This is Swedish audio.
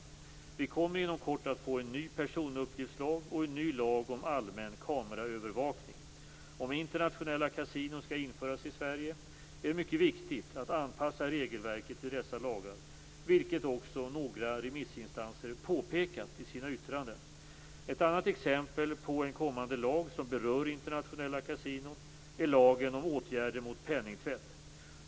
Vi kommer inom kort att få en ny personuppgiftslag och en ny lag om allmän kameraövervakning. Om internationella kasinon skall införas i Sverige är det mycket viktigt att anpassa regelverket till dessa lagar, vilket också några remissinstanser påpekat i sina yttranden. Ett annat exempel på en kommande lag som berör internationella kasinon är lagen om åtgärder mot penningtvätt.